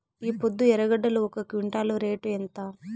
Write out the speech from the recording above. ఈపొద్దు ఎర్రగడ్డలు ఒక క్వింటాలు రేటు ఎంత?